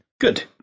Good